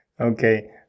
Okay